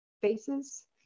faces